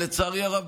לצערי הרב,